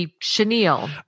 chenille